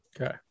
Okay